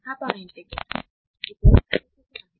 हा पहा इंटिग्रेटर इथे कॅपॅसिटर आहे